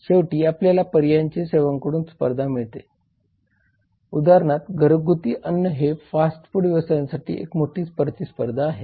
शेवटी आपल्याला पर्यायी सेवांकडून स्पर्धा मिळते उदाहरणार्थ घरगुती अन्न हे फास्ट फूड व्यवसायासाठी एक मोठी स्पर्धा आहे